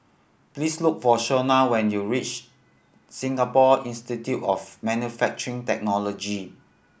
please look for Shona when you reach Singapore Institute of Manufacturing Technology